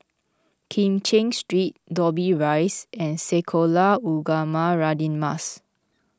Kim Cheng Street Dobbie Rise and Sekolah Ugama Radin Mas